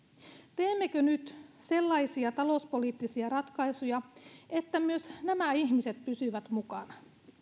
teemmekö nyt sellaisia talouspoliittisia ratkaisuja että myös nämä ihmiset pysyvät mukana